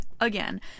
Again